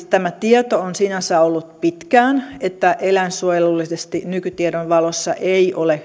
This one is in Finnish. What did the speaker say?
tämä tieto on sinänsä ollut pitkään että eläinsuojelullisesti nykytiedon valossa ei ole